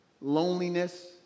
loneliness